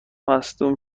مصدوم